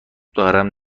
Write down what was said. دارم